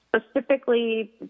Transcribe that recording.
specifically